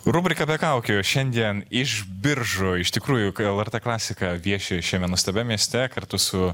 rubrika be kaukių šiandien iš biržų iš tikrųjų kai lrt klasika vieši šiame nuostabiam mieste kartu su